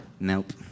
Nope